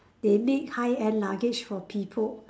they make high end luggage for people